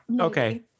Okay